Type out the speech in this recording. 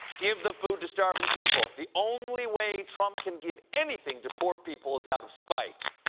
give the food to starving people. the only way trump can give anything to poor people is out of spite.